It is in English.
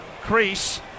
crease